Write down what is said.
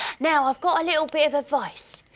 now i've got a little bit of advice,